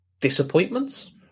disappointments